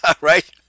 right